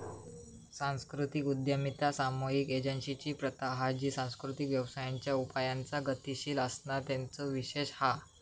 सांस्कृतिक उद्यमिता सामुहिक एजेंसिंची प्रथा हा जी सांस्कृतिक व्यवसायांच्या उपायांचा गतीशील असणा तेचो विशेष हा